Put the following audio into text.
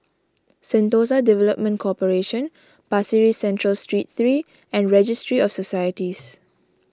Sentosa Development Corporation Pasir Ris Central Street three and Registry of Societies